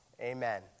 Amen